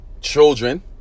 children